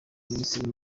minisitiri